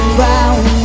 round